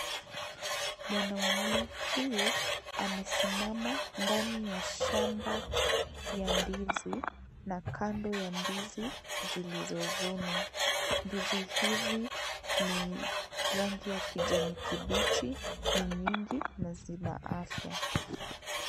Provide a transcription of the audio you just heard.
Mwanaume huyu amesimama ndani ya shamba ya ndizi na kando ya ndizi zilizovunwa ndizi hizi ni rangi ya kijani kibichi ni nyingi na zina afya.